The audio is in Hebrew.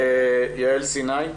יעל סיני.